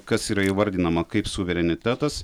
kas yra įvardinama kaip suverenitetas